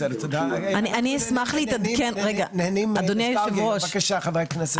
אדוני היושב-ראש,